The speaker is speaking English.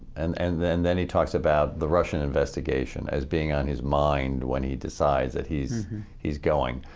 and and then then he talks about the russian investigation as being on his mind when he decides that he's he's going,